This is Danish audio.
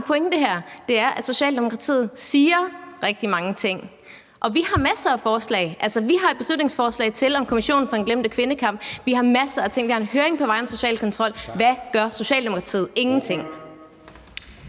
pointe her, er, at Socialdemokratiet siger rigtig mange ting. Vi har masser af forslag. Altså, vi har et beslutningsforslag om Kommissionen for den glemte kvindekamp. Vi har masser af ting. Vi har en høring på vej om social kontrol. Hvad gør Socialdemokratiet? Ingenting!